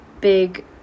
big